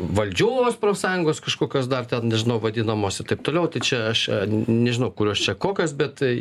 valdžios profsąjungos kažkokios dar ten nežinau vadinamos ir taip toliau tai čia aš nežinau kurios čia kokios bet